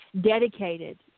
dedicated